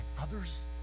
others